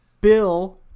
Bill